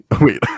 Wait